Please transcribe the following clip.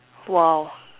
!wow!